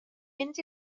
mynd